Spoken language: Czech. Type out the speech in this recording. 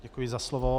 Děkuji za slovo.